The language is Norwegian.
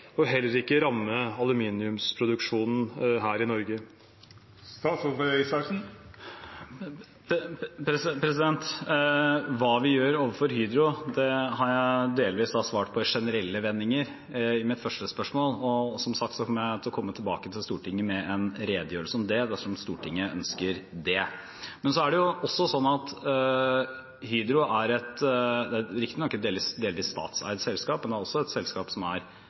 og heller ikke ramme aluminiumsproduksjonen her i Norge? Hva vi gjør overfor Hydro, har jeg delvis svart på i generelle vendinger i mitt første svar. Som sagt vil jeg komme tilbake til Stortinget med en redegjørelse om det, dersom Stortinget ønsker det. Hydro er riktignok et delvis statseid selskap, men det er også et selskap som er delvis privateid. Dette er fabrikkområder i Brasil. Innledningen til representanten Moxnes er vel egentlig ikke et